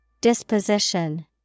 Disposition